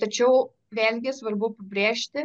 tačiau vėlgi svarbu pabrėžti